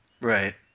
Right